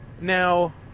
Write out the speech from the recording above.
Now